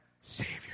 Savior